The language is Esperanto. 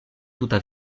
tuta